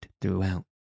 throughout